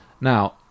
Now